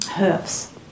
herbs